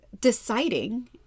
deciding